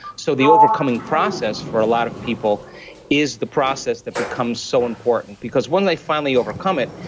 so the overcoming process for a lot of people is the process that becomes so important because when they finally overcome it,